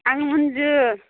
आं मुनजु